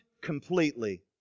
completely